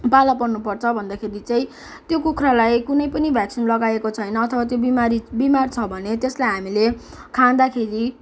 पाला पर्नु पर्छ भन्दाखेरि चाहिँ त्यो कुखुरालाई कुनै पनि भ्याक्सिन लगाएको छैन अथवा त्यो बिमारी बिमार छ भने त्यसलाई हामीले खाँदाखेरि